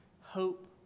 hope